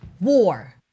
War